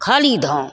खाली धाम